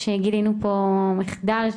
שגילינו פה מחדל,